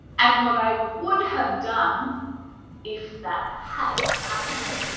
and what i would have done if that had happened.